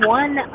one